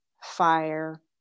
fire